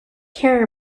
care